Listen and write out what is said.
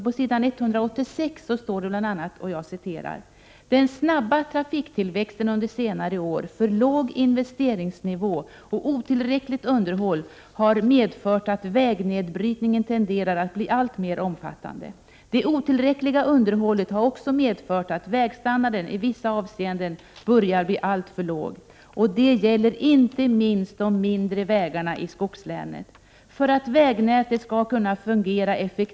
På s. 186 står det bl.a.: ”Den snabba trafiktillväxten under senare år, för låg investeringsnivå och otillräckligt underhåll har medfört att vägnedbrytningen tenderar att bli allt mer omfattande. Det otillräckliga underhållet har också medfört att vägstandarden i vissa avseenden börjar bli alltför låg. Detta gäller inte minst de mindre vägarna i skogslänen. För att vägnätet skall kunna fungera effektivt Prot.